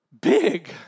big